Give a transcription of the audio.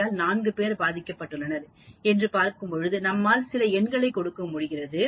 வியால் 4 பேர் பாதிக்கப்பட்டுள்ளனர் என்று பார்க்கும் பொழுது நம்மால் சில எண்களை கொடுக்க முடிகிறது